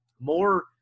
more